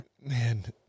man